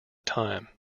time